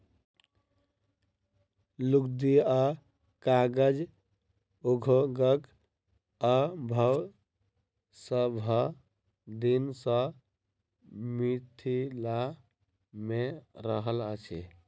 लुगदी आ कागज उद्योगक अभाव सभ दिन सॅ मिथिला मे रहल अछि